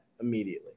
immediately